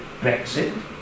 Brexit